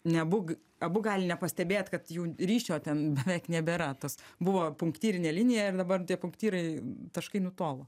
nebūk abu gali nepastebėt kad jų ryšio ten beveik nebėra tas buvo punktyrinė linija ir dabar tie punktyrai taškai nutolo